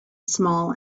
small